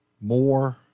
More